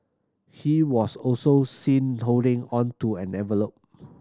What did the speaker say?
he was also seen holding on to an envelop